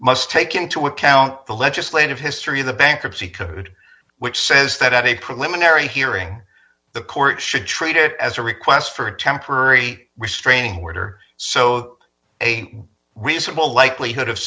must take into account the legislative history of the bankruptcy code which says that at a preliminary hearing the court should treat it as a request for a temporary restraining order so a reasonable likelihood of